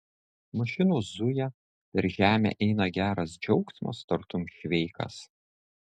mašinos zuja per žemę eina geras džiaugsmas tartum šveikas